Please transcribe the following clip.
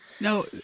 No